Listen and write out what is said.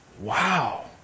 Wow